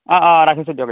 অঁ অঁ ৰাখিছোঁ দিয়ক